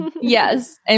Yes